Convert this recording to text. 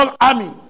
army